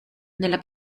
nella